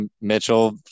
Mitchell